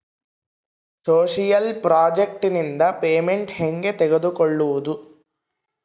Social project ನಿಂದ payment ಹೆಂಗೆ ತಕ್ಕೊಳ್ಳದು?